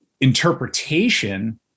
interpretation